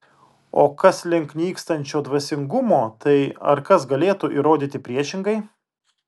o kas link nykstančio dvasingumo tai ar kas galėtų įrodyti priešingai